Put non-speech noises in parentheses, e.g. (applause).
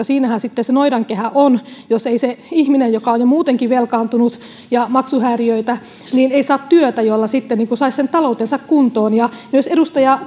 (unintelligible) siinähän se noidankehä on jos se ihminen joka on jo muutenkin velkaantunut ja jolla on maksuhäiriöitä ei saa työtä jolla sitten saisi sen taloutensa kuntoon myös edustaja (unintelligible)